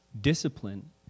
discipline